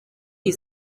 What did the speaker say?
iyi